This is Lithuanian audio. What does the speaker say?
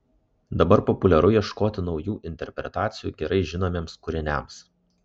dabar populiaru ieškoti naujų interpretacijų gerai žinomiems kūriniams